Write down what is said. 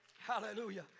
Hallelujah